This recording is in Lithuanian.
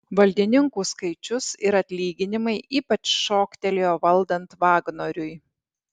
valdininkų skaičius ir atlyginimai ypač šoktelėjo valdant vagnoriui